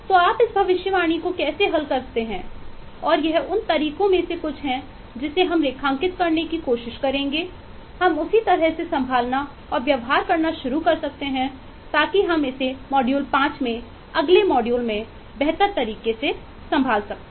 तो आप इस भविष्यवाणी को कैसे हल करते हैं और यह उन तरीकों में से कुछ है जिसे हम रेखांकित करने की कोशिश करेंगे हम उसी तरह से संभालना और व्यवहार करना शुरू कर सकते हैं ताकि हम इसे मॉड्यूल 5 में अगले मॉड्यूल में बेहतर तरीके से संभाल सकते हैं